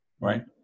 right